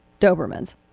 dobermans